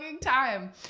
time